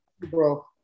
Bro